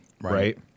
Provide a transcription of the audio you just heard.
right